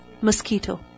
mosquito